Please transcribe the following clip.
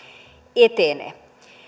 etene